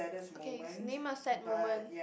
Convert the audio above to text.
okay name a sad moment